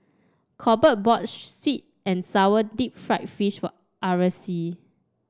Corbett bought sweet and sour Deep Fried Fish for Aracely